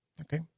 Okay